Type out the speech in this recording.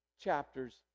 chapters